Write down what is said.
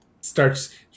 Starts